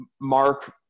Mark